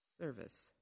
Service